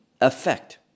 effect